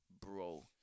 bro